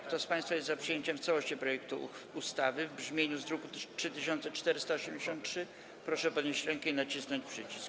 Kto z państwa jest za przyjęciem w całości projektu ustawy w brzmieniu z druku nr 3483, proszę podnieść rękę i nacisnąć przycisk.